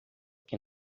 que